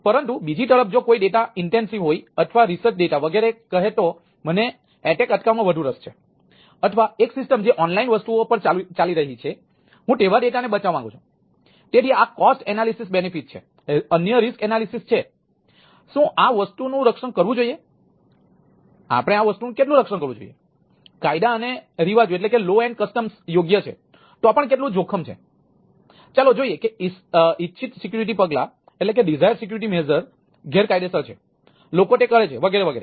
પરંતુ બીજી તરફ જો કોઈ ડેટા ઇન્ટેન્સિવ ગેરકાયદેસર છે લોકો તે કરે છે વગેરે વગેરે